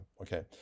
Okay